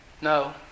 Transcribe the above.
No